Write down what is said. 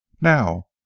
Now